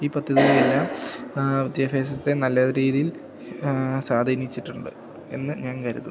ഈ പദ്ധതികൾ എല്ലാം വിദ്യാഭ്യാസത്തെ നല്ല രീതിയിൽ സ്വാധീനിച്ചിട്ടുണ്ട് എന്ന് ഞാൻ കരുതുന്നു